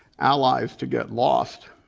allies to get lost.